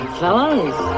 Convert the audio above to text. fellas